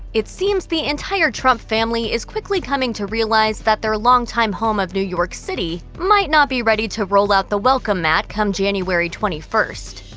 it seems the entire trump family is quickly coming to realize that their longtime home of new york city might not be ready to roll out the welcome mat come january twenty first.